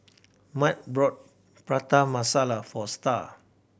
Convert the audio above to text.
Mat bought Prata Masala for Star